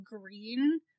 green